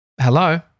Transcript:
Hello